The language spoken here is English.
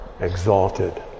exalted